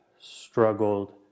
struggled